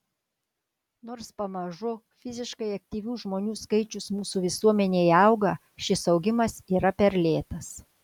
nors pamažu fiziškai aktyvių žmonių skaičius mūsų visuomenėje auga šis augimas yra per lėtas